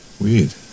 weird